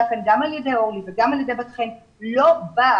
כאן גם על ידי אורלי וגם על ידי בת חן לא באה